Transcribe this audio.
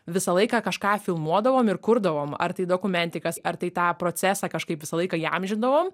visą laiką kažką filmuodavom ir kurdavom ar tai dokumentikas ar tai tą procesą kažkaip visą laiką įamžindavom